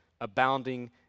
abounding